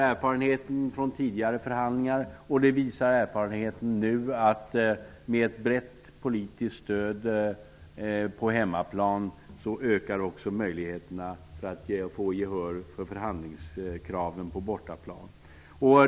Erfarenheten från tidigare förhandlingar och nuvarande erfarenheter visar att med ett brett politiskt stöd på hemmaplan ökar möjligheterna för att få gehör för förhandlingskraven på bortaplan.